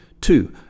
Two